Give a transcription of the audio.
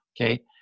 okay